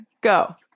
Go